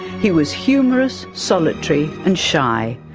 he was humorous, solitary and shy,